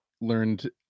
learned